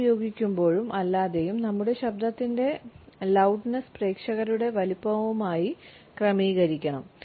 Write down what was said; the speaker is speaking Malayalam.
മൈക്ക് ഉപയോഗിക്കുമ്പോഴും അല്ലാതെയും നമ്മുടെ ശബ്ദത്തിന്റെ ലൌഡ്നസ് പ്രേക്ഷകരുടെ വലുപ്പവുമായി ക്രമീകരിക്കണം